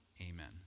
amen